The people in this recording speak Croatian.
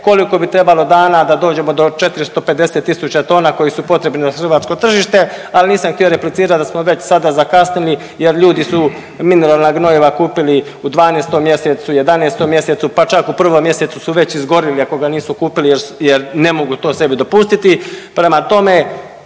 koliko bi trebalo dana da dođemo do 450.000 tona koji su potrebni za hrvatsko tržište, al nisam htio replicirat da smo već sada zakasnili jer ljudi su mineralna gnojiva kupili u 12. mjesecu, 11. mjesecu pa čak u 1. mjesecu su već izgorili ako ga nisu kupili jer ne mogu to sebi dopustiti, prema tome